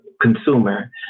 consumer